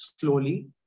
slowly